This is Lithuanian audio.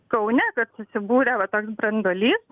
kaune kad susibūrė va toks branduolys